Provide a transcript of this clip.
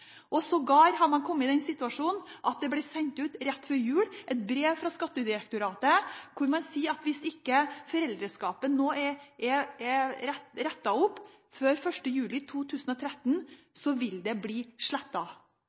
Man har sågar kommet i den situasjonen at det rett før jul ble sendt ut et brev fra Skattedirektoratet hvor man sier at hvis ikke foreldreskapet er rettet opp før 1. juli 2013, vil det bli